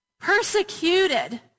persecuted